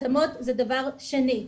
התאמות זה דבר שני.